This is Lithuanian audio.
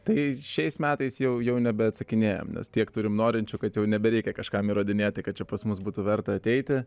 tai šiais metais jau jau nebeatsakinėjam nes tiek turim norinčių kad jau nebereikia kažkam įrodinėti kad čia pas mus būtų verta ateiti